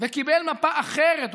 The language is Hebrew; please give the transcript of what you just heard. וקיבל מפה אחרת,